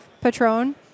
Patron